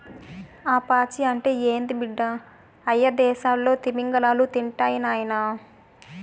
ఆ పాచి అంటే ఏంది బిడ్డ, అయ్యదేసాల్లో తిమింగలాలు తింటాయి నాయనా